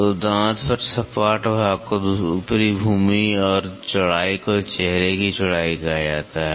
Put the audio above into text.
तो दांत पर सपाट भाग को ऊपरी भूमि और चौड़ाई को चेहरे की चौड़ाई कहा जाता है